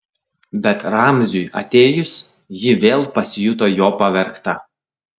bet ramziui atėjus ji vėl pasijuto jo pavergta